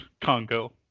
Congo